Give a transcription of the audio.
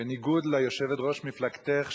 בניגוד ליושבת-ראש מפלגתך,